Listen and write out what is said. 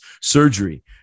surgery